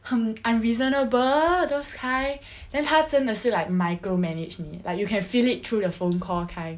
很 unreasonable those kind then 他真的是 like micromanage 你 like you can feel it through the phone call kind